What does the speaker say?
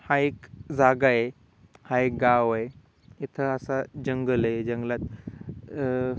हा एक जागा आहे हा एक गाव आहे इथं असा जंगल आहे जंगलात